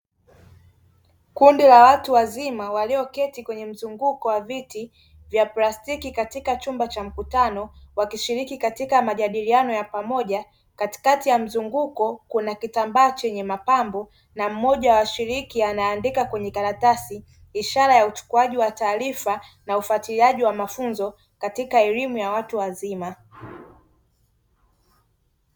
Kundi la watu wazima walioketi kwenye mzunguko wa viti vya plastiki katika chumba cha mkutano wakishiriki katika majadiliano ya pamoja. Katikati ya mzunguko kuna kitambaa chenye mapambo na mmoja wa washiriki anaandika kwenye karatasi, ishara ya uchukuaji wa taarifa na ufuatiliaji wa mafunzo katika elimu ya watu wazima.